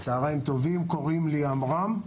צהריים טובים, קוראים לי עמרם.